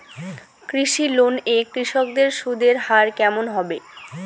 কৃষি লোন এ কৃষকদের সুদের হার কেমন হবে?